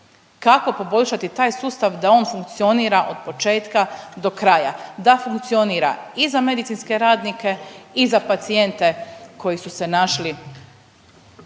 Kako poboljšati taj sustav da on funkcionira od početka do kraja, da funkcionira i za medicinske radnike i za pacijente koji su se našli